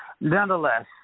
Nonetheless